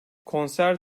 konser